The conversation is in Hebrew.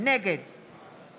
נגד